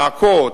מעקות,